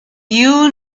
you